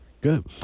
Good